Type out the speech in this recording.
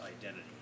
identity